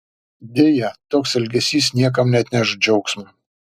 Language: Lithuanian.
deja toks elgesys niekam neatneš džiaugsmo